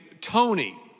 Tony